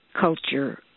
culture